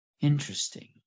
interesting